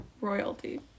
royalty